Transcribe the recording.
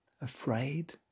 Afraid